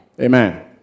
Amen